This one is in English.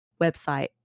website